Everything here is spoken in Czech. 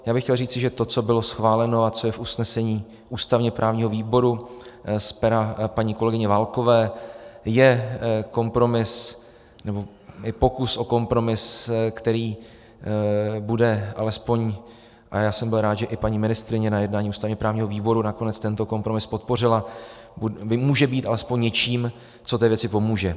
Já bych chtěl říci, že to, co bylo schváleno a co je v usnesení ústavněprávního výboru z pera paní kolegyně Válkové, je kompromis, pokus o kompromis, který bude alespoň a já jsem byl rád, že i paní ministryně na jednání ústavněprávního výboru nakonec tento kompromis podpořila může být alespoň něčím, co té věci pomůže.